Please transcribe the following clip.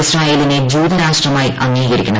ഇസ്രയേലിനെ ജൂത രാഷ്ട്രമായി അംഗീകരിക്കണം